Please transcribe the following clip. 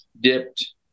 dipped